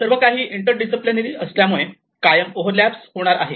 सर्व काही इंटरडिसीप्लीनरी असल्यामुळे कायम ओव्हरल्याप्स होणार आहे